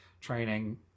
training